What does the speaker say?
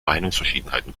meinungsverschiedenheiten